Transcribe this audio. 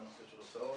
גם הנושא של הוצאות,